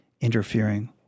interfering